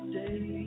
day